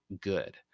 good